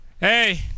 Hey